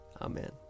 Amen